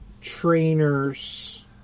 trainer's